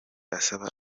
asaba